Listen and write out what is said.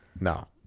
No